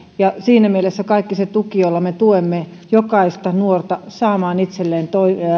siinä mielessä kaikki se tuki jolla me tuemme jokaista nuorta saamaan itselleen